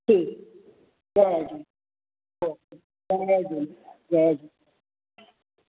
ठीकु जय झू जय जय झूलेलाल जय झूलेलाल